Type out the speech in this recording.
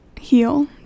heal